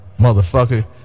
motherfucker